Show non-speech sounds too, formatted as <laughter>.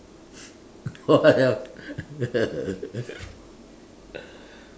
why ah <laughs>